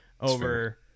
over